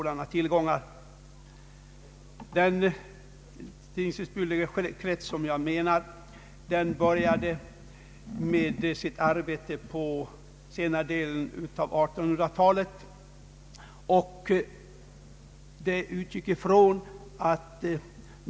Den tingshusbyggnadsskyldigekrets, som jag tänker på, började sitt arbete under senare delen av 1800-talet.